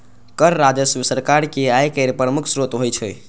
कर राजस्व सरकार के आय केर प्रमुख स्रोत होइ छै